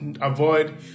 avoid